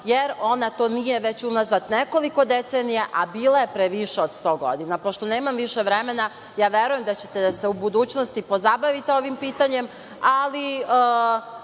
jer ona to nije već unazad nekoliko decenija, a bila je pre više od 100 godina. Pošto nemam više vremena, ja verujem da ćete u budućnosti da se pozabavite ovim pitanjem, ali